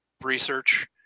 research